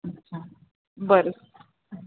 अच्छा बरं